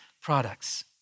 products